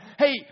hey